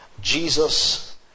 Jesus